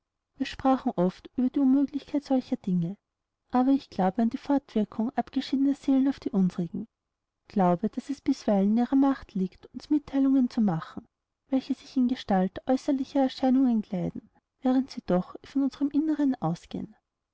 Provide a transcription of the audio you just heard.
wir sprachen oft über die unmöglichkeit solcher dinge aber ich glaube an die fortwirkung abgeschiedener seelen auf die unsrigen glaube daß es bisweilen in ihrer macht liegt uns mittheilungen zu machen welche sich in gestalt äußerlicher erscheinungen kleiden während sie doch von unserm innern ausgehen